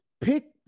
pick